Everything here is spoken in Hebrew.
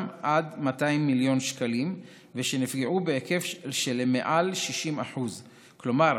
עד 200 מיליון שקלים ושנפגעו בהיקף של מעל 60%. כלומר